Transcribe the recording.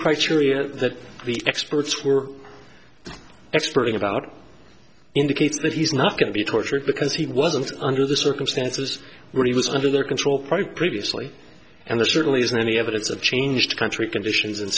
criteria that the experts were exploiting about indicates that he's not going to be tortured because he wasn't under the circumstances when he was under their control previously and there certainly isn't any evidence of change country conditions